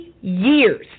years